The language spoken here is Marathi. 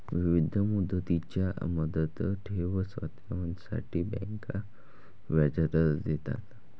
विविध मुदतींच्या मुदत ठेव खात्यांसाठी बँका व्याजदर देतात